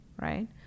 right